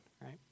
right